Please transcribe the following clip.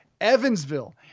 Evansville